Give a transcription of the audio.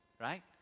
right